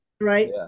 right